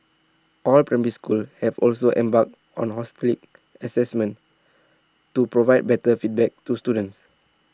all primary schools have also embarked on holistic Assessment to provide better feedback to students